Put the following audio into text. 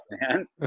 man